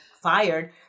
fired